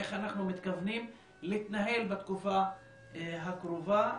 איך אנחנו מתכוונים להתנהל בתקופה הקרובה,